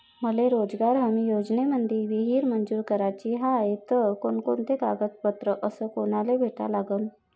मले रोजगार हमी योजनेमंदी विहीर मंजूर कराची हाये त कोनकोनते कागदपत्र अस कोनाले भेटा लागन?